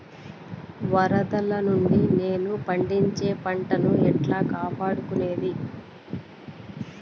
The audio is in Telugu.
వరదలు నుండి నేను పండించే పంట ను ఎట్లా కాపాడుకునేది?